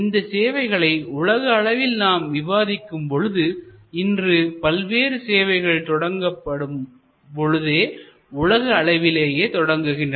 இந்த சேவைகளை உலக அளவில் நாம் விவாதிக்கும் பொழுது இன்று பல்வேறு சேவைகள் தொடங்கப்படும் பொழுதே உலக அளவிலேயே தொடங்குகின்றன